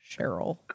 Cheryl